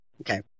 Okay